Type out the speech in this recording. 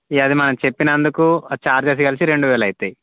ఇక అది మనం చెప్పినందుకు ఆ చార్జ్ అది కలిసి రెండు వేలు అవుతాయి